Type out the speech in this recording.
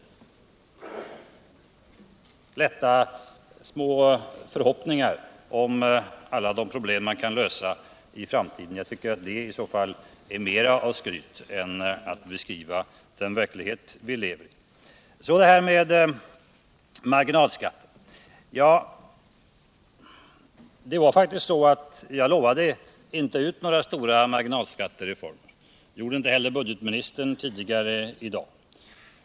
Det var lätta små förhoppningar om alla de problem man kan lösa i framtiden. Det var i så fall mera av skryt än att beskriva den verklighet vi lever i. Så till detta med marginalskatten. Jag lovade faktiskt inte ut några stora marginalskattereformer, och det gjorde inte heller budgetministern tidigare i dag.